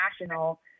National